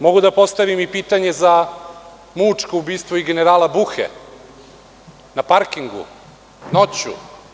Mogu da postavim i pitanje za mučko ubistvo generala Buhe na parkingu, noću.